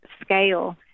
scale